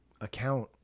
account